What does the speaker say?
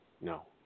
No